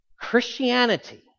Christianity